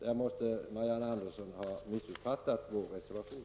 Marianne Andersson måste således ha missuppfattat vår reservation.